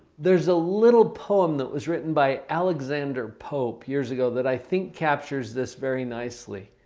there's a little poem that was written by alexander pope years ago that i think captures this very nicely.